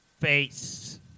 Face